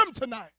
tonight